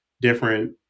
different